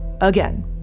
again